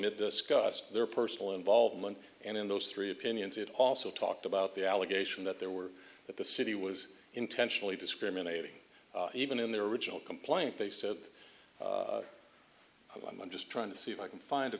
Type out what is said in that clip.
it discussed their personal involvement and in those three opinions it also talked about the allegation that there were that the city was intentionally discriminating even in their original complaint they said i'm just trying to see if i can find